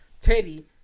Teddy